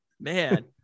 man